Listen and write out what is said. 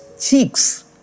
cheeks